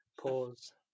pause